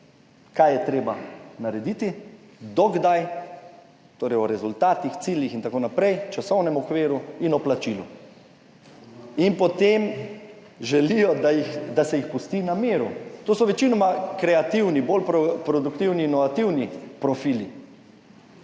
kaj je treba narediti, do kdaj, torej o rezultatih, ciljih in tako naprej, časovnem okviru in o plačilu in potem želijo, da se jih pusti na miru. To so večinoma kreativni, bolj produktivni, inovativni profili.